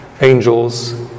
Angels